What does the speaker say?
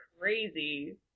crazy